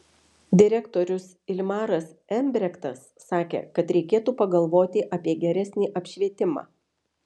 direktorius ilmaras embrektas sakė kad reikėtų pagalvoti apie geresnį apšvietimą